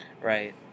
Right